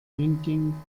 drinking